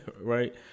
right